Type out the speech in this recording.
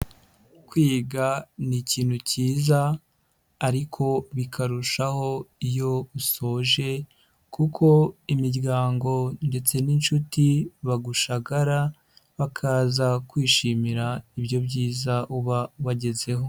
Kwiga ni ikintu kiza ariko bikarushaho iyo usoje kuko imiryango ndetse n'inshuti bagushagara, bakaza kwishimira ibyo byiza uba wagezeho.